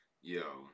Yo